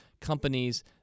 companies